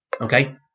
Okay